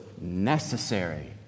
necessary